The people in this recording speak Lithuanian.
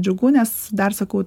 džiugu nes dar sakau